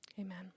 Amen